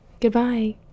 Goodbye